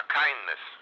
kindness